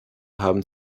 haben